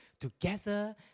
together